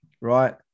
right